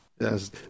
Yes